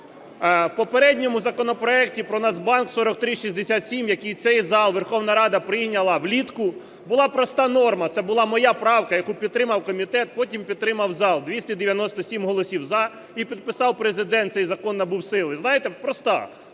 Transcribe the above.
В попередньому законопроекті про Нацбанк 4367, який цей зал, Верховна Рада прийняла влітку, була проста норма, це була моя правка, яку підтримав комітет, потім підтримав зал – 297 голосів "за" і підписав Президент, цей закон набув сили. Знаєте, проста: